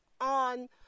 on